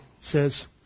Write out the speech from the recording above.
says